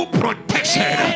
protection